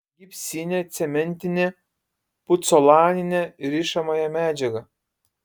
gipsinę cementinę pucolaninę rišamąją medžiagą